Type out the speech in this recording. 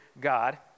God